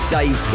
Dave